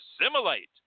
assimilate